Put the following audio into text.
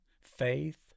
faith